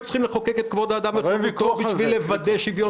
צריכים לחוקק את כבוד האדם וחירותו בשביל לוודא שוויון